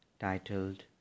titled